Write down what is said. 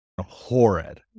horrid